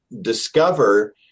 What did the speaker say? discover